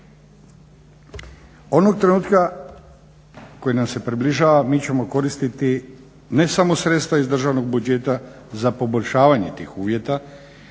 Onog trenutka koji nam se približava mi ćemo koristiti ne samo sredstva iz državnog budžeta za poboljšavanje tih uvjeta,